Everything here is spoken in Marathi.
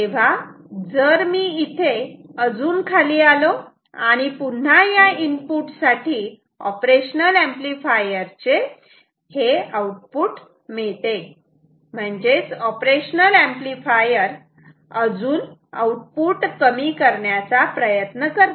तेव्हा जर मी इथे अजून खाली आलो आणि पुन्हा या इनपुट साठी ऑपरेशनल ऍम्प्लिफायर चे हे आउटपुट मिळते म्हणजेच ऑपरेशनल ऍम्प्लिफायर अजून आउटपुट कमी करण्याचा प्रयत्न करते